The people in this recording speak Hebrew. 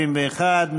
71,